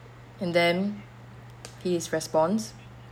and then he is response